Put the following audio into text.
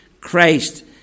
Christ